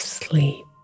sleep